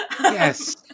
Yes